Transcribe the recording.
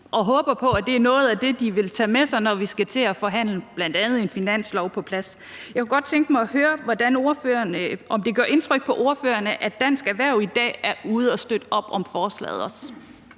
jeg håber på, at det er noget af det, de vil tage med sig, når vi skal til at forhandle bl.a. en finanslov på plads. Jeg kunne godt tænke mig at høre, om det gør indtryk på ordføreren, at Dansk Erhverv i dag også er ude at støtte op om forslaget.